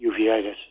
uveitis